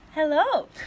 Hello